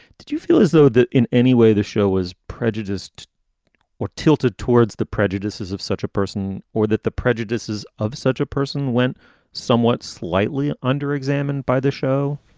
did you feel as though that in any way the show was prejudiced or tilted towards the prejudices of such a person or that the prejudices of such a person went somewhat, slightly under examined by the show?